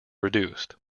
reduced